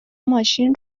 ماشین